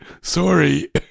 Sorry